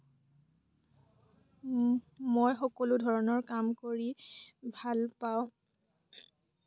মই সকলো ধৰণৰ কাম কৰি ভাল পাওঁ